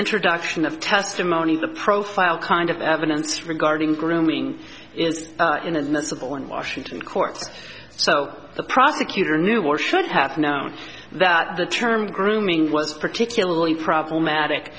introduction of testimony the profile kind of evidence regarding grooming is inadmissible in washington courts so the prosecutor knew or should have known that the term grooming was particularly problematic